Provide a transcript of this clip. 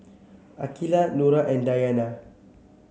Aqilah Nura and Dayana